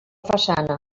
façana